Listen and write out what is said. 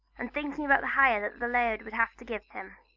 and thinking about the hire that the laird would have to give him.